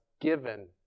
given